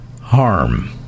harm